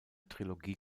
trilogie